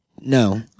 No